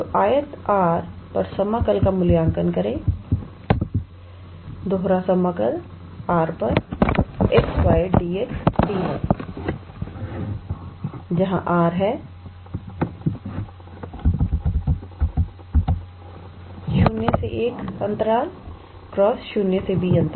तो आयत R पर समाकल का मूल्यांकन करें R 𝑥𝑦𝑑𝑥𝑑𝑦 𝑅 0 𝑎 × 0b